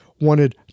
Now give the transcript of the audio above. wanted